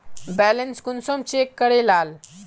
Balance कुंसम check करे लाल?